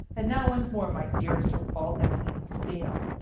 and now once more my dearest hope falls empty and stale.